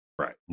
Right